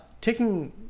taking